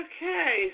Okay